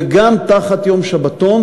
וגם עם יום שבתון